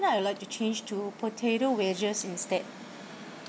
I would like to change to potato wedges instead